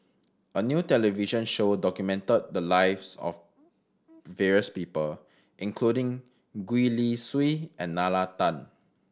a new television show documented the lives of various people including Gwee Li Sui and Nalla Tan